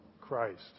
Christ